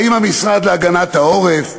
האם המשרד להגנת העורף?